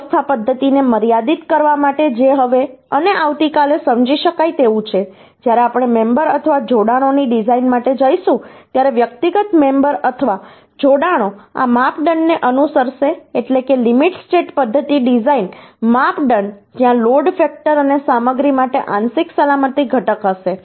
અવસ્થા પદ્ધતિને મર્યાદિત કરવા માટે જે હવે અને આવતીકાલે સમજી શકાય તેવું છે જ્યારે આપણે મેમબર અથવા જોડાણોની ડિઝાઇન માટે જઈશું ત્યારે વ્યક્તિગત મેમબર અથવા જોડાણો આ માપદંડને અનુસરશે એટલે કે લિમિટ સ્ટેટ પદ્ધતિ ડિઝાઇન માપદંડ જ્યાં લોડ ફેક્ટર અને સામગ્રી માટે આંશિક સલામતી ઘટક હશે